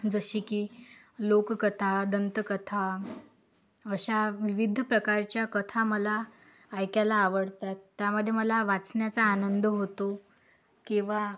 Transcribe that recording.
जसे की लोककथा दंतकथा अशा विविध प्रकारच्या कथा मला ऐकायला आवडतात त्यामध्ये मला वाचण्याचा आनंद होतो किंवा